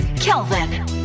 Kelvin